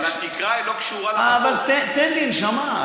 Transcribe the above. אבל התקרה היא לא קשורה, אבל תן לי, נשמה.